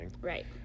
Right